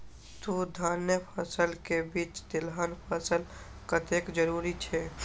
दू धान्य फसल के बीच तेलहन फसल कतेक जरूरी छे?